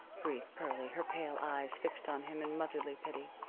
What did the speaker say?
breathed pearlie, her pale eyes fixed on him in motherly pity.